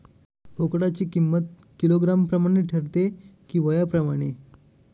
बोकडाची किंमत किलोग्रॅम प्रमाणे ठरते कि वयाप्रमाणे?